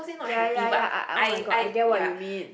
ya ya ya I I get what you mean